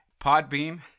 Podbeam